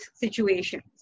situations